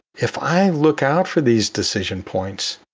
if i look out for these decision points,